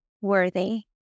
worthy